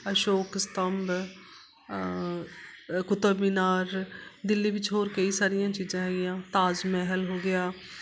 ਅਸ਼ੋਕ ਸਤੰਭ ਅ ਕੁਤੁਬ ਮਿਨਾਰ ਦਿੱਲੀ ਵਿੱਚ ਹੋਰ ਕਈ ਸਾਰੀਆਂ ਚੀਜ਼ਾਂ ਹੈਗੀਆਂ ਤਾਜ ਮਹਿਲ ਹੋ ਗਿਆ